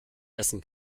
essen